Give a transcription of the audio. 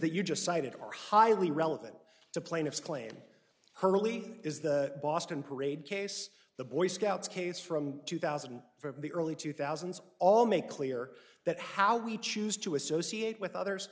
that you just cited are highly relevant to plaintiff's claim hurley is the boston parade case the boy scouts case from two thousand from the early two thousand and all make clear that how we choose to associate with others